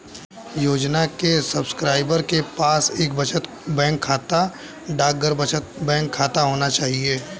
योजना के सब्सक्राइबर के पास एक बचत बैंक खाता, डाकघर बचत बैंक खाता होना चाहिए